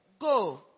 go